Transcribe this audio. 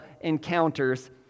encounters